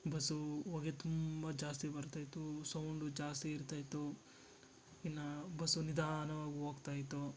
ಬಸ್ಸೂ ಹೊಗೆ ತುಂಬ ಜಾಸ್ತಿ ಬರ್ತಾ ಇತ್ತು ಸೌಂಡು ಜಾಸ್ತಿ ಇರ್ತಾ ಇತ್ತು ಇನ್ನು ಬಸ್ಸು ನಿಧಾನವಾಗಿ ಹೋಗ್ತ ಇತ್ತು